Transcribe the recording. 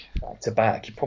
Back-to-back